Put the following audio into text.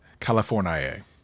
California